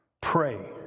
Pray